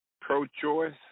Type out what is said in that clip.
pro-choice